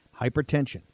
Hypertension